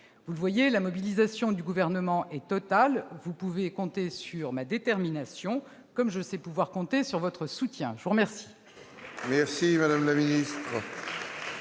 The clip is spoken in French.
Vous le voyez, la mobilisation du Gouvernement est totale. Vous pouvez compter sur ma détermination, comme je sais pouvoir compter sur votre soutien. La parole